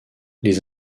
les